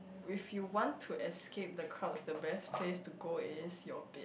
if you want to escape the crowds the best place to go is your bed